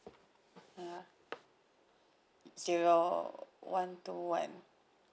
ya zero one two one